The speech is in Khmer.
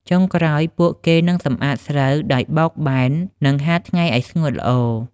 ចុងក្រោយ ពួកគេនឹងសំអាតស្រូវដោយបោកបែន និងហាលថ្ងៃឱ្យស្ងួតល្អ។